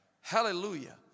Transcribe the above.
Hallelujah